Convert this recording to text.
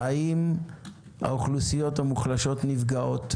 האם האוכלוסיות המוחלשות נפגעות?